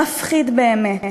מפחיד באמת,